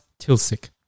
Tilsik